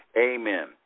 Amen